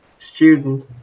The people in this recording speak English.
student